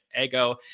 Ego